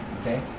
Okay